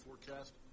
forecast